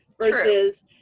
versus